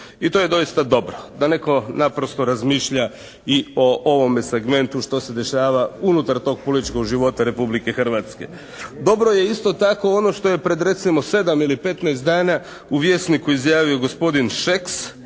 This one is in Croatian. I to je doista dobro da netko naprosto razmišlja i o ovome segmentu što se dešava unutar tog političkog života Republike Hrvatske. Dobro je isto tako ono što je pred recimo 7 ili 15 dana u "Vijesniku" izjavio gospodin Šeks,